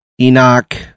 Enoch